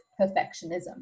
perfectionism